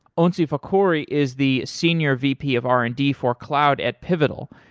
onsi fakhouri is the senior vp of r and d for cloud at pivotal,